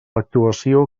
actuació